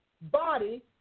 body